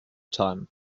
time